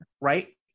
right